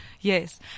Yes